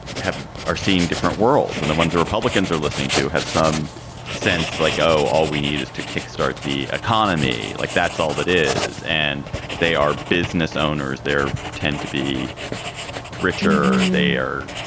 are seeing different world. and the ones the republicans are listening to have some sense, like, oh, all we need is to kick start the economy. like, that's all it is. and they are business owners. there tend to be richer. they are,